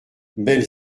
belle